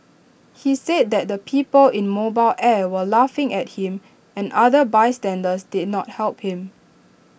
he said that the people in mobile air were laughing at him and other bystanders did not help him